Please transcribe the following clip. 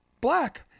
black